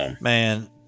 man